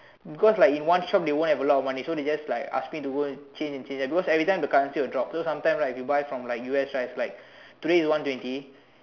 because like in one shop they won't have a lot of money so they just like ask me to go and change and change because everything the currency will drop so sometime right if you buy from like U S right is like today is one twenty